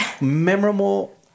memorable